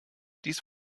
dies